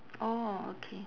orh okay